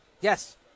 Yes